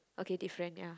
okay different ya